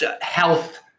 health